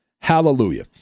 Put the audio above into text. Hallelujah